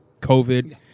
covid